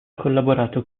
collaborato